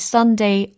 Sunday